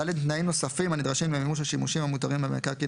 (ד) תנאים נוספים הנדרשים למימוש השימושים המותרים במקרקעין